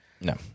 No